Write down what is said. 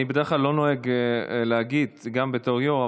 אני בדרך כלל לא נוהג להגיד גם בתור יו"ר,